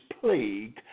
plague